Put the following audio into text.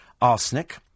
arsenic